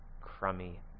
crummy